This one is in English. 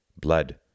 Blood